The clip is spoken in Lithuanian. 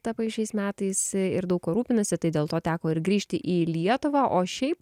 tapai šiais metais ir daug ko rūpinasi tai dėl to teko ir grįžti į lietuvą o šiaip